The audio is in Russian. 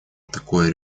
такое